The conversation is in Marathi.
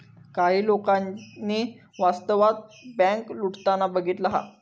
काही लोकांनी वास्तवात बँक लुटताना बघितला हा